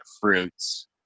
fruits